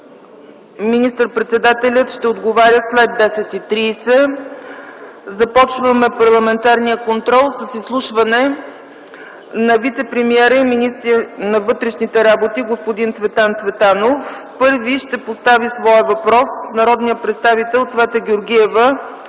министър-председателят ще отговаря след 10,30 ч. Започваме парламентарния контрол с изслушване на вицепремиера и министър на вътрешните работи Цветан Цветанов. Първи ще постави своя въпрос народният представител Цвета Георгиева